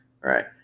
right